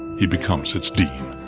he becomes its dean.